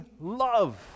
love